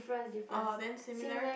orh then similarity